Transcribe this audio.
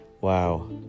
Wow